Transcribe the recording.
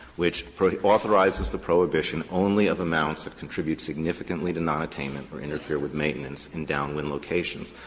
which authorizes the prohibition only of amounts that contribute significantly to nonattainment or interfere with maintenance in downwind locations.